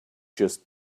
just